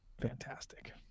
fantastic